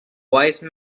wise